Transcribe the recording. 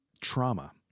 trauma